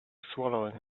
swallowing